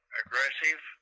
aggressive